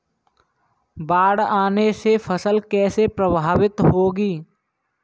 बाढ़ आने से फसल कैसे प्रभावित होगी?